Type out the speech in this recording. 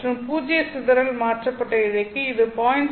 மற்றும் பூஜ்ஜிய சிதறல் மாற்றப்பட்ட ஃபைபருக்கு இது 0